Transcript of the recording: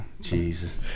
Jesus